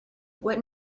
what